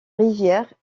rivière